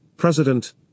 president